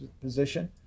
position